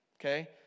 okay